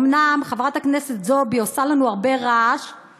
אומנם חברת הכנסת זועבי עושה לנו הרבה רעש,